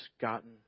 gotten